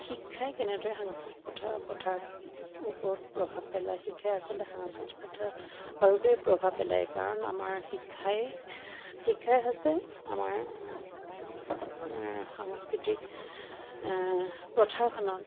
শিক্ষাই কেনেদৰে সাংস্কৃতিক পথাৰ পথাৰত ওপৰত প্ৰভাৱ পেলায় শিক্ষাই আচলতে সাংস্কৃতিক পথাৰত বাৰুকৈয়ে প্ৰভাৱ পেলায় কাৰণ আমাৰ শিক্ষাই শিক্ষাই হৈছে আমাৰ সাংস্কৃতিক পথাৰখনত